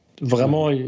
Vraiment